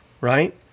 Right